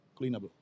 cleanable